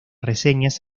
reseñas